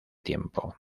tiempo